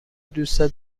دوست